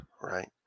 right